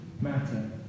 matter